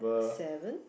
seven